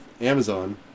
Amazon